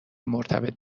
مرتبط